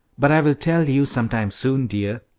but i will tell you sometime soon, dear.